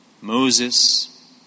Moses